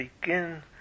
begin